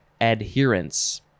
adherence